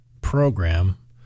program